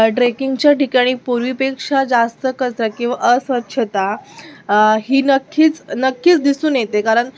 ट्रेकिंगच्या ठिकाणी पूर्वी पेक्षा जास्त कचरा किंवा अस्वच्छता ही नक्कीच नक्कीच दिसून येते कारण